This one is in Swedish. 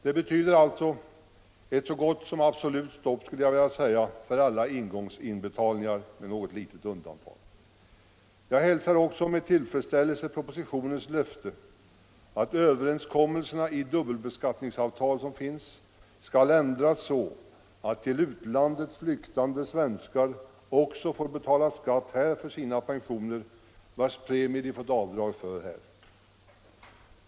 Det betyder alltså med något litet undantag ett så gott som absolut stopp för alla engångsinbetalningar. Jag hälsar också med tillfredsställelse propositionens löfte att överenskommelserna i de dubbelbeskattningsavtal som finns skall ändras så att till utlandet flyktande svenskar också får betala skatt här för pensioner, vilkas premier de fått avdrag för här.